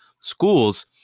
schools